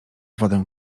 wodę